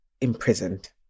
imprisoned